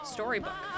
Storybook